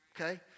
Okay